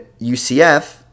UCF